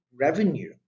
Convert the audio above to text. revenue